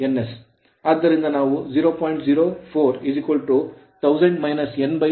ಆದ್ದರಿಂದ ನಾವು 0